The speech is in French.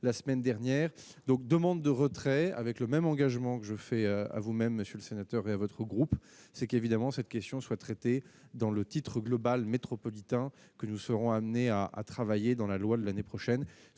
la semaine dernière donc demande de retrait avec le même engagement que je fais à vous-même, monsieur le sénateur, et à votre groupe, c'est qu'évidemment cette question soit traitée dans le titre global métropolitain que nous serons amenés à à travailler dans la loi de l'année prochaine,